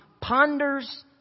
ponders